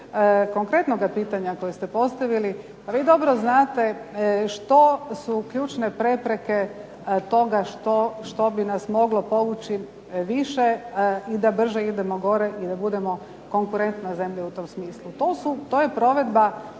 konkretnoga pitanja koje ste postavili, pa vi dobro znate što su ključne prepreke toga što bi nas moglo povući više i da brže idemo gore i da budemo konkurentna zemlja u tom smislu. To je provedba